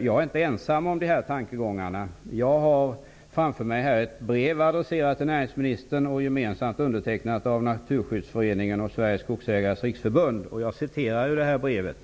Jag är inte ensam om dessa tankegångar. Jag har här framför mig ett brev adresserat till näringsministern. Det är gemensamt undertecknat av Naturskyddsföreningen och Skogsägarnas Riksförbund. I brevet